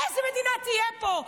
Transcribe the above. איזו מדינה תהיה פה?